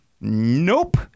Nope